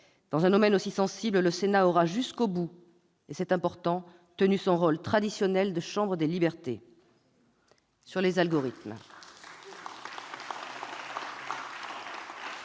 Dans un domaine aussi sensible, le Sénat aura jusqu'au bout, et c'est important, tenu son rôle traditionnel de chambre des libertés. Concernant les algorithmes,